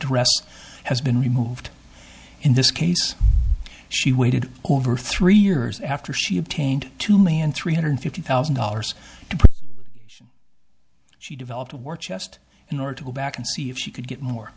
dress has been removed in this case she waited over three years after she obtained two million three hundred fifty thousand dollars to she developed a war chest in order to go back and see if she could get more